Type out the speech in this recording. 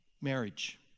Marriage